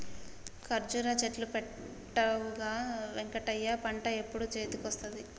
కర్జురా చెట్లు పెట్టవుగా వెంకటయ్య పంట ఎప్పుడు చేతికొస్తది